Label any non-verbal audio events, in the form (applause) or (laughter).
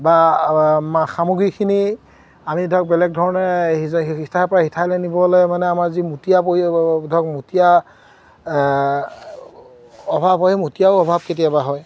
বা সামগ্ৰীখিনি আমি ধৰক বেলেগ ধৰণে সিঠাইৰ পৰা সিঠাইলৈ নিবলৈ মানে আমাৰ যি (unintelligible) পৰি ধৰক মোতীয়া অভাৱ হয় মোতীয়াও অভাৱ কেতিয়াবা হয়